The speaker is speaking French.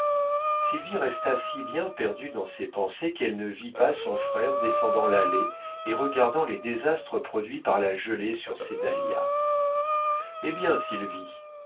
sylvie resta si bien perdue dans ses pensées qu'elle ne vit pas son frère descendant l'allée et regardant les désastres produits par la gelée sur ses dahlias eh bien sylvie à